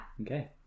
Okay